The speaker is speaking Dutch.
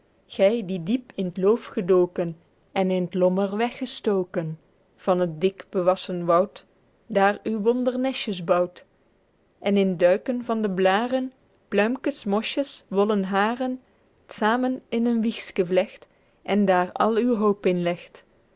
gy die diepe in t loof gedoken en in t lommer weg gestoken van het dik bewassen woud daer uw wonder nestjes bouwt guido gezelle vlaemsche dichtoefeningen en in t duiken van de blaêren pluimkes mosjes wollenhairen t samen in een wiegske vlecht en daer al uw hope in legt